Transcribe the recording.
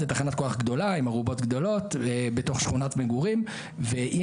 זה תחנת כוח גדולה עם ארובות גדולות בתוך שכונת מגורים ואם